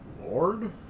Lord